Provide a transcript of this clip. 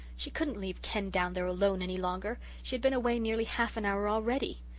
she couldn't leave ken down there alone any longer she had been away nearly half an hour already.